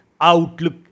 outlook